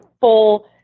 full